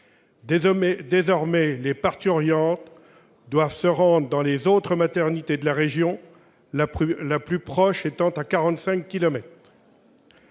Désormais, les parturientes doivent se rendre dans les autres maternités de la région, la plus proche étant à